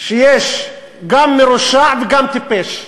ויש גם מרושע וגם טיפש,